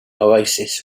oasis